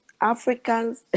Africans